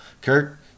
Kirk